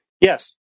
yes